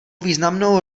významnou